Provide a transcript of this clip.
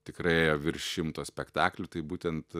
tikrai ėjo virš šimto spektaklių tai būtent